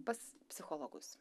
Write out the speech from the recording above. pas psichologus